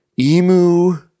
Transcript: Emu